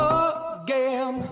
again